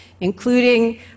including